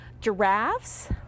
giraffes